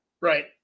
Right